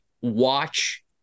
watch